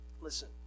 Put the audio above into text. Listen